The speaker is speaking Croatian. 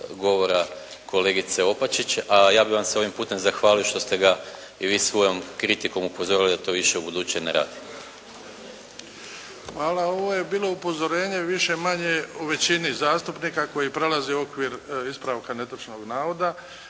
govora kolegice Opačić, a ja bih vam se ovim putem zahvalio što ste ga i vi svojom kritikom upozorili da to više ubuduće ne radi. **Bebić, Luka (HDZ)** Hvala. Ovo je bilo upozorenje više-manje u većini zastupnika koji prelazi okvir ispravka netočnog navoda.